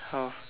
orh